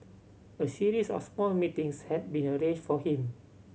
a series of small meetings had been arranged for him